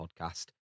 podcast